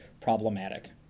problematic